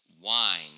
wine